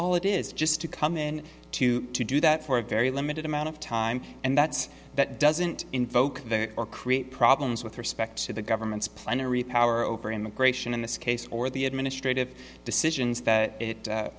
all it is just to come in to do that for a very limited amount of time and that's that doesn't invoke or create problems with respect to the government's plenary power over immigration in this case or the administrative decisions that it